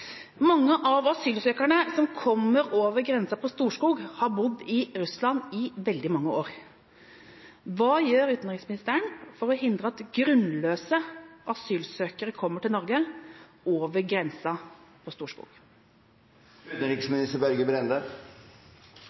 Mange av asylsøkerne som kommer over grensa ved Storskog, har bodd i Russland i veldig mange år. Hva gjør utenriksministeren for å hindre at grunnløse asylsøkere kommer til Norge over grensa